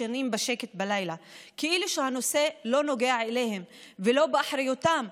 ישנים בשקט בלילה כאילו שהנושא לא נוגע אליהם ולא באחריותם,